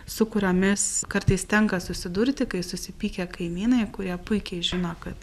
su kuriomis kartais tenka susidurti kai susipykę kaimynai kurie puikiai žino kad